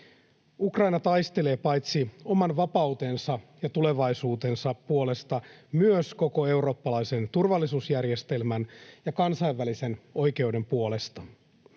Ukraina taistelee paitsi oman vapautensa ja tulevaisuutensa puolesta myös koko eurooppalaisen turvallisuusjärjestelmän ja kansainvälisen oikeuden puolesta.